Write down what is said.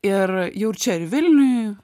ir jau ir čia ir vilniuj